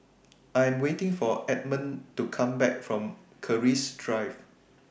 I Am waiting For Edmon to Come Back from Keris Drive